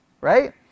right